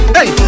Hey